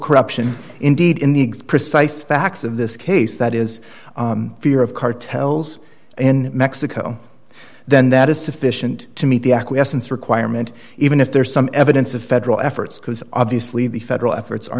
corruption indeed in the precise facts of this case that is fear of cartels in mexico then that is sufficient to meet the acquiescence requirement even if there is some evidence of federal efforts because obviously the federal efforts are